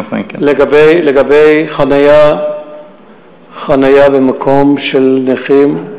לגבי חניה במקום של נכים,